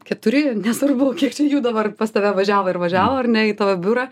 keturi nesvarbu kiek čia jų dabar pas tave važiavo ir važiavo ar ne į tavo biurą